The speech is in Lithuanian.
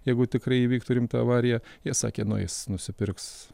jeigu tikrai įvyktų rimta avarija jie sakė nueis nusipirks